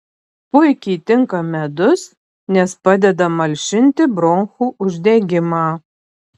puikiai tinka medus nes padeda malšinti bronchų uždegimą